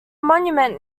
monument